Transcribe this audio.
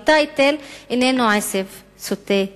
וטייטל איננו עשב שוטה.